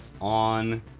On